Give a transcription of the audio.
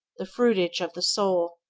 the fruitage of the soul.